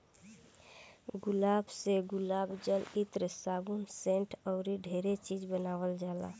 गुलाब से गुलाब जल, इत्र, साबुन, सेंट अऊरो ढेरे चीज बानावल जाला